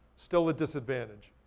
still a disadvantage.